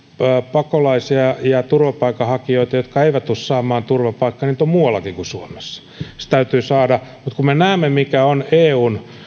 pakolaisia ja ja turvapaikanhakijoita jotka eivät tule saamaan turvapaikkaa on muuallakin kuin suomessa se täytyy saada mutta kun me näemme mikä on eun